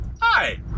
hi